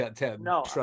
No